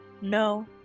no